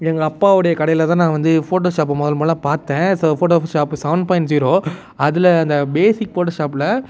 எங்கள் அப்பாவுடைய கடையில் தான் நான் வந்து ஃபோட்டோஷாப்பு மொதல் முதலா பார்த்தேன் so Photoshop seven point zero அதில் அந்த பேசிக் ஃபோட்டோஷாப்பில்